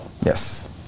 Yes